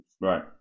Right